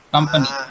Company